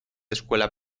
escuela